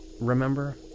Remember